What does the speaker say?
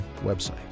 website